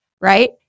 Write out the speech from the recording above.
right